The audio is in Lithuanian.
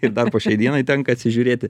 ir dar po šiai dienai tenka atsižiūrėti